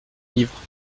livre